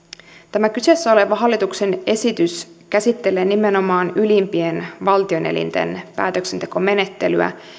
tämä kyseessä oleva hallituksen esitys käsittelee nimenomaan ylimpien valtioelinten päätöksentekomenettelyä